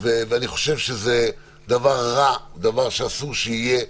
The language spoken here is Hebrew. אני חושב שזה דבר רע, דבר שאסור שיהיה.